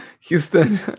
Houston